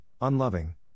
unloving